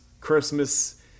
Christmas